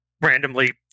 randomly